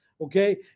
Okay